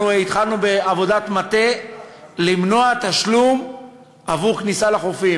אנחנו התחלנו בעבודת מטה למנוע תשלום עבור כניסה לחופים.